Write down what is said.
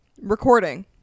recording